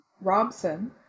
Robson